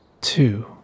Two